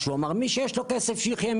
כשהוא אמר: "מי שיש לו כסף שיחיה,